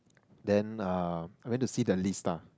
then uh went to see the lista